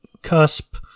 cusp